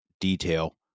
detail